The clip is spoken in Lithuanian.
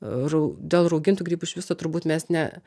rau dėl raugintų grybų iš viso turbūt mes ne